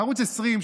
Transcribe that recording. ערוץ 20,